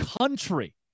country